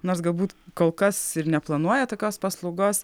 nors galbūt kol kas ir neplanuoja tokios paslaugos